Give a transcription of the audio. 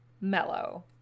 mellow